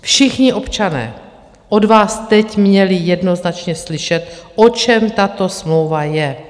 Všichni občané od vás teď měli jednoznačně slyšet, o čem tato smlouva je.